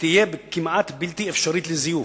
ותהיה כמעט בלתי אפשרית לזיוף.